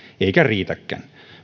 eivätkä riitäkään meillä